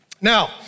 Now